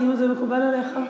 האם זה מקובל עליך?